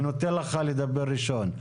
אני נותן לך לדבר ראשון.